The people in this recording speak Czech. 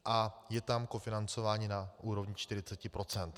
A je tam kofinancování na úrovni 40 %.